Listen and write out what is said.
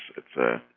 it's a